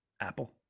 Apple